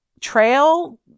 trail